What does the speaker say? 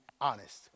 honest